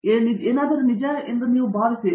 ಚಕ್ರವರ್ತಿ ಹಾಗಾಗಿ ಇದು ಏನಾದರೂ ನಿಜ ಎಂದು ನಾನು ಭಾವಿಸುತ್ತೇನೆ